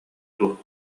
дуу